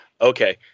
okay